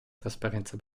trasparenza